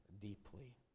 deeply